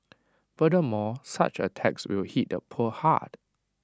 furthermore such A tax will hit the poor hard